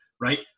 right